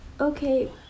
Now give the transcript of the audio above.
Okay